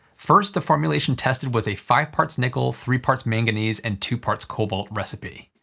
first, the formulation tested was a five parts nickel, three parts manganese, and two parts cobalt recipe.